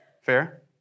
Fair